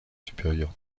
supérieur